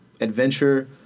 adventure